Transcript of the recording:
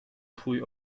twój